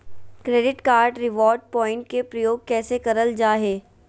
Credit card reward point के प्रयोग कैसे करल जा है?